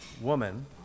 woman